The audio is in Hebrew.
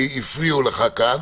כי הפריעו לך כאן.